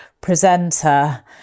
presenter